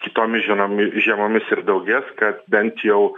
kitomis žienomi žiemomis ir daugės kad bent jau